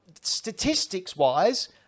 statistics-wise